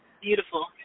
Beautiful